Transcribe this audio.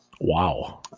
wow